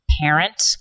parent